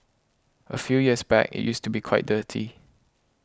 a few years back it used to be quite dirty